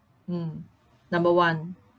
mm number one